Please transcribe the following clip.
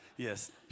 Yes